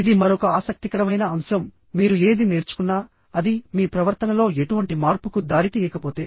ఇది మరొక ఆసక్తికరమైన అంశం మీరు ఏది నేర్చుకున్నా అది మీ ప్రవర్తనలో ఎటువంటి మార్పుకు దారితీయకపోతే